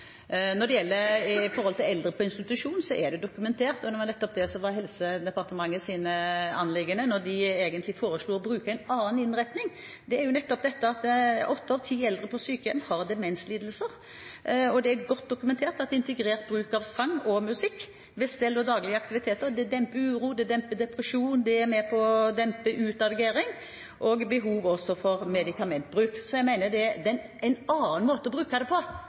Når det gjelder eldre på institusjon, er det dokumentert – og det var nettopp dette som var Helse- og omsorgsdepartementets anliggende da de foreslo en annen innretning – at åtte av ti eldre på sykehjem har demenslidelser. Og det er godt dokumentert at integrert bruk av sang og musikk ved stell og daglige aktiviteter demper uro, demper depresjon og er med på å dempe utagering og behovet for medikamentbruk. Så jeg mener en annen måte å bruke disse pengene på